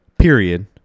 period